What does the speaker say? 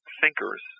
thinkers